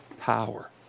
power